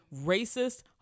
racist